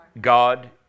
God